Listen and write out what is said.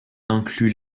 inclut